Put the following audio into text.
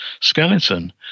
skeleton